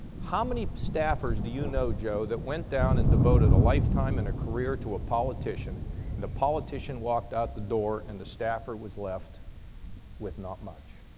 how many staffers do you know, joe, that went down and devoted a lifetime and a career to a politician and the politician walked out the door and the staffer was left with not much?